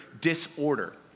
disorder